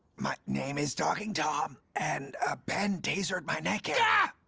my name is talking tom. and ben tasered my neck yeah